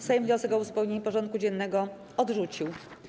Sejm wniosek o uzupełnienie porządku dziennego odrzucił.